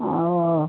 ও